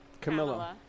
Camilla